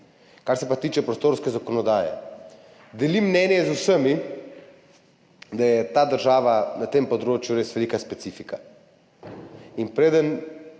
Kar se tiče prostorske zakonodaje, delim mnenje z vsemi, da je ta država na tem področju res velika specifika. Preden